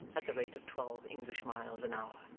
at the rate of twelve english miles an hour.